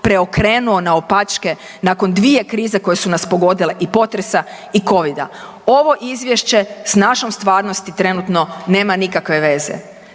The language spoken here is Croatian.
preokrenuo naopačke nakon dvije krize koje su nas pogodile, i potresa i covida. Ovo izvješće s našom stvarnosti trenutno nema nikakve veze.